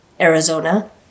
Arizona